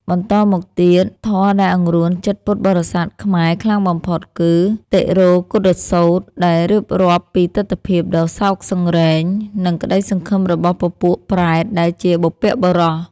បន្តមកទៀត ធម៌ដែលអង្រួនចិត្តពុទ្ធបរិស័ទខ្មែរខ្លាំងបំផុតគឺ តិរោកុឌ្ឍសូត្រ ដែលរៀបរាប់ពីទិដ្ឋភាពដ៏សោកសង្រេង និងក្ដីសង្ឃឹមរបស់ពពួកប្រេតដែលជាបុព្វបុរស។